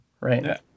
right